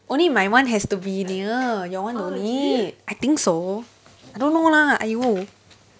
only my one has to be near your one no need I think so I don't know lah !aiyo!